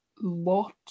lot